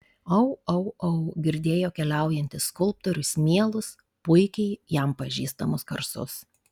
au au au girdėjo keliaujantis skulptorius mielus puikiai jam pažįstamus garsus